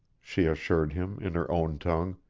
she assured him in her own tongue,